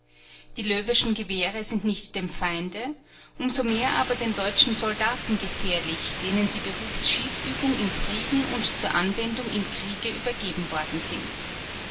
die löweschen gewehre sind nicht dem feinde um so mehr aber den deutschen soldaten gefährlich denen sie behufs schießübung im frieden und zur anwendung im kriege übergeben worden sind